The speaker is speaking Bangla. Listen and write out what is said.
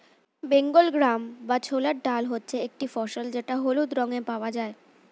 বেঙ্গল গ্রাম বা ছোলার ডাল হচ্ছে একটি ফসল যেটা হলুদ রঙে পাওয়া যায়